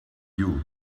you